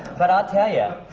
but i'll tell you,